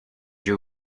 you